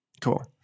cool